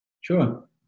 sure